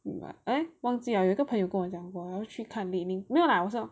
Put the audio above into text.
eh 忘记了有一个朋友跟我讲过要去看 leaning 没有 lah